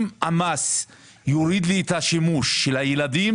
אם המס יוריד את השימוש של הילדים,